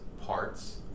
parts